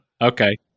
Okay